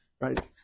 right